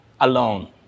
alone